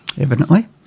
Evidently